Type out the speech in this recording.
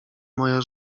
moja